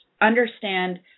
understand